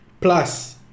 plus